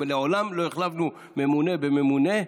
לעולם לא החלפנו ממונה בממונה,